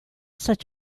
such